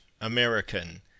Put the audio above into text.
American